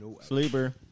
Sleeper